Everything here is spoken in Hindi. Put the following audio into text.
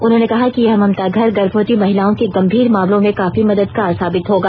उन्होंने कहा कि यह ममता घर गर्भवती महिलाओं के गम्भीर मामलों में काफी मददगार साबित होगा